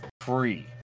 free